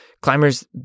climbers